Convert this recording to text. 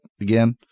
again